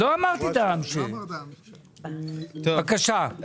הואשלה, בבקשה.